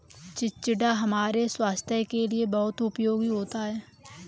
चिचिण्डा हमारे स्वास्थ के लिए बहुत उपयोगी होता है